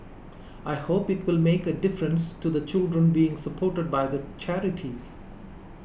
I hope it will make a difference to the children being supported by the charities